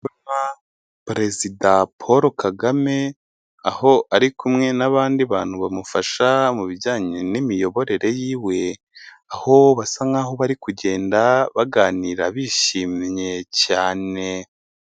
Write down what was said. Ndi kubona perezida Paul Kagame, aho ari kumwe n'abandi bantu bamufasha mu bijyanye n'imiyoborere yiwe, aho basa nk'aho bari kugenda baganira bishimye cyane.